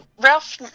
Ralph